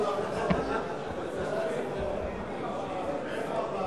מסדר-היום את הצעת חוק דמי מחלה